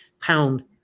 pound